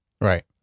right